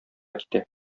китә